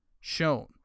shown